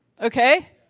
Okay